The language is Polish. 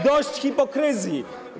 Dość hipokryzji.